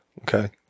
okay